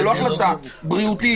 זה לא החלטה בריאותית,